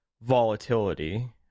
volatility